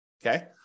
Okay